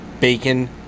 BACON